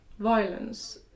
violence